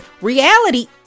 reality